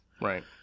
Right